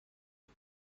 است